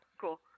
cool